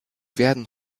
werden